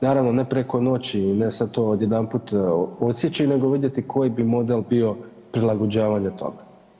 Naravno ne preko noći i ne sad to odjedanput odsjeći nego vidjeti koji bi model bio prilagođavanje tome.